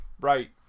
right